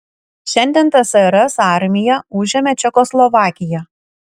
šiandien tsrs armija užėmė čekoslovakiją